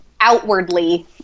outwardly